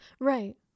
right